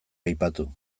aipatu